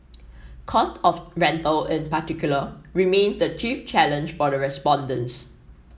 cost of rental in particular remains the chief challenge for the respondents